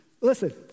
Listen